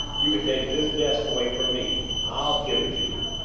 you can take this desk away from me. i'll give it to you.